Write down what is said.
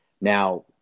Now